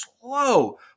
slow